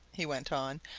he went on,